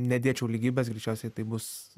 nedėčiau lygybės greičiausiai tai bus